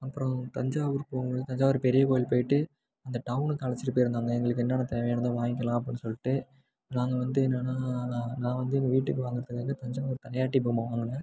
அப்புறோம் தஞ்சாவூர் போகும்போது தஞ்சாவூர் பெரிய கோயில் போயிட்டு அந்த டவுனுக்கு அழைச்சிட்டு போயிருந்தாங்க எங்களுக்கு என்னென்ன தேவையானதோ வாங்கலாம் அப்படின்னு சொல்லிட்டு நாங்கள் வந்து என்னன்னால் நான்நான் வந்து எங்கள் வீட்டுக்கு வாங்குறதுக்காக தஞ்சாவூர் தலையாட்டி பொம்மை வாங்கினேன்